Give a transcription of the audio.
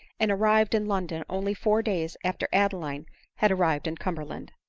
and arrived in london only four days after adeline had arrived in cumberland.